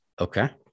Okay